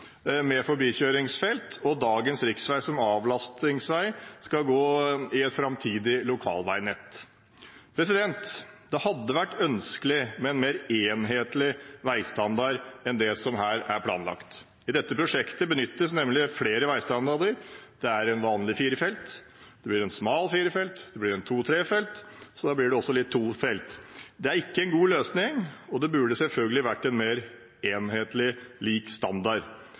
dagens riksvei, som avlastes, skal inngå som framtidig lokalveinett. Det hadde vært ønskelig med en mer enhetlig veistandard enn det som her er planlagt. I dette prosjektet benyttes nemlig flere veistandarder. Det er en vanlig firefelts, en smal firefelts, en to/trefelts og også litt tofelts. Det er ikke en god løsning, og det burde selvfølgelig vært en mer enhetlig standard.